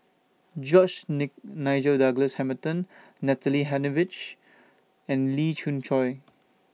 George Nigel Douglas Hamilton Natalie Hennedige and Lee Khoon Choy